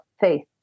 faith